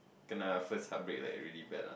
kena first heartbreak like really bad ah